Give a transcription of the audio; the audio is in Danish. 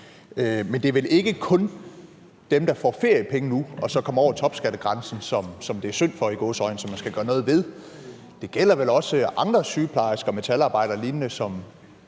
Men det er vel ikke kun dem, der får feriepenge nu og så kommer over topskattegrænsen, som det er synd for – i gåseøjne – og som man skal gøre noget ved. Det gælder vel også andre sygeplejersker, metalarbejdere og lignende, som,